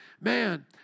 man